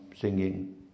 singing